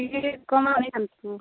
ଇଏ କମଳା ନେଇଥାନ୍ତୁ